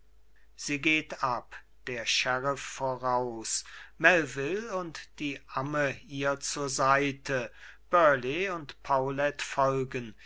sie geht ab der sheriff voraus melvil und die amme ihr zur seite burleigh und paulet folgen